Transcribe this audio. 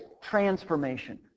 transformation